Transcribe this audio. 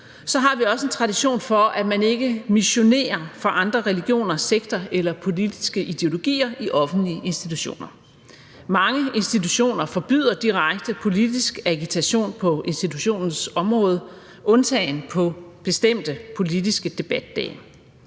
så har vi også en tradition for, at man ikke missionerer for andre religioner, sekter eller politiske ideologier i offentlige institutioner. Mange institutioner forbyder direkte politisk agitation på institutionens område undtagen på bestemte politiske debatdage.